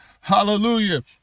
hallelujah